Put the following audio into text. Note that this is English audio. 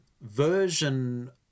version